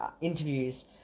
interviews